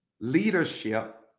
leadership